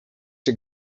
czy